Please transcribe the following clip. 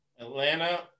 Atlanta